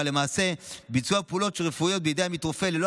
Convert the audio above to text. אבל למעשה ביצוע פעולות רפואיות בידי עמית רופא ללא